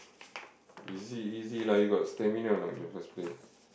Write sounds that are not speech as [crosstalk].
[noise] easy easy lah you got stamina or not in the first place